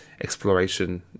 exploration